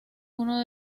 uno